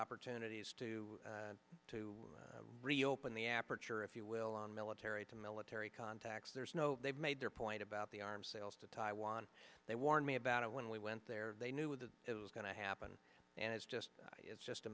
opportunities to reopen the aperture if you will on military to military contacts there's no they've made their point about the arms sales to taiwan they warned me about it when we went there they knew that it was going to happen and it's just it's just a